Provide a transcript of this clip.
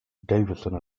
davison